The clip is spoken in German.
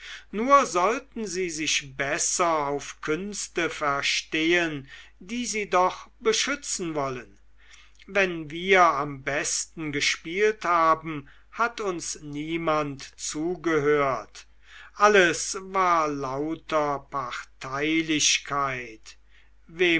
nur sollten sie sich besser auf künste verstehen die sie doch beschützen wollen wenn wir am besten gespielt haben hat uns niemand zugehört alles war lauter parteilichkeit wem